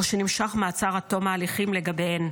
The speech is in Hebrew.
או שנמשך מעצר עד תום ההליכים לגביהן,